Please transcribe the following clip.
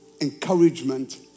encouragement